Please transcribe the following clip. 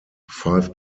five